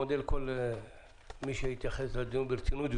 אני מודה לכל מי שהתייחס לדיון ברצינות,